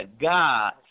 God